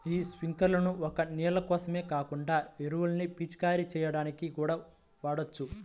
యీ స్పింకర్లను ఒక్క నీళ్ళ కోసమే కాకుండా ఎరువుల్ని పిచికారీ చెయ్యడానికి కూడా వాడొచ్చు